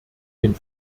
den